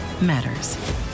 matters